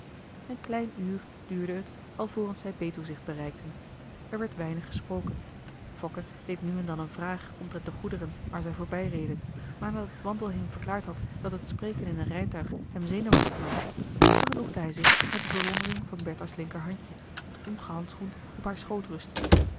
een klein uur duurde het alvorens zij betuwzicht bereikten er werd weinig gesproken fokke deed nu en dan een vraag omtrent de goederen waar zij voorbij reden maar nadat wandelheem verklaard had dat het spreken in een rijtuig hem zenuwachtig maakte vergenoegde hij zich met de bewondering van bertha's linkerhandje dat ongehandschoend op haar schoot rustte